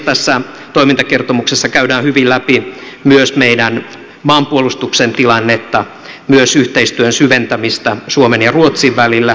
tässä toimintakertomuksessa käydään hyvin läpi myös meidän maanpuolustuksen tilannetta myös yhteistyön syventämistä suomen ja ruotsin välillä